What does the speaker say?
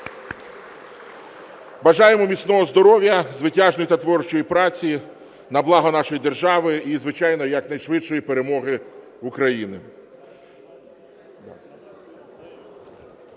Бажаємо міцного здоров'я, звитяжної та творчої праці на благо нашої держави і, звичайно, якнайшвидшої перемоги України.